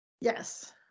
Yes